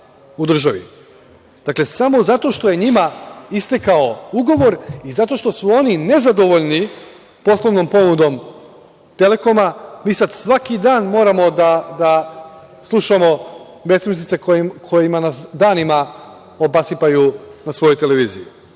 državi. Dakle, samo zato što je njima istekao ugovor i zato što su oni nezadovoljni poslovnom ponudom „Telekoma“, mi sada svaki dan moramo da slušamo besmislice kojima nas danima obasipaju na svojoj televiziji. Dakle,